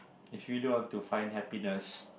if you really want to find happiness